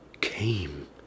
came